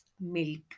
milk